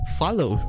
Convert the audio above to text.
follow